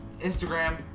Instagram